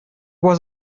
was